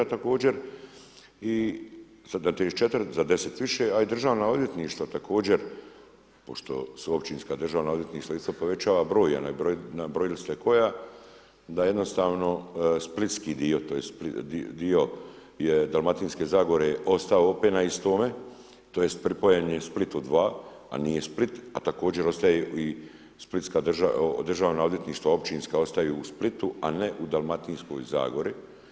A također i sada na 34 za 10 više, a i državna odvjetništva također pošto su općinska državna odvjetništva isto povećava broj, a nabrojali ste koja da jednostavno splitski dio tj. dio je Dalmatinske zagore ostao na istome tj. pripojen je Splitu 2, a nije Split, a također ostaje i splitska državna odvjetništva općinska ostaju u Splitu, a ne u Dalmatinskoj zagori.